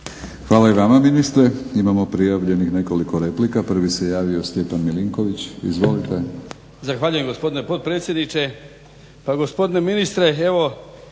Hvala i vama ministre. Imamo prijavljenih nekoliko replika. Prvi se javio Stjepan Milinković, izvolite. **Milinković, Stjepan (HDZ)** Zahvaljujem gospodine potpredsjedniče. Pa gospodine ministre, evo